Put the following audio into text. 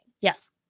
Yes